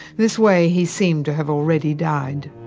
this way he seemed to have already died.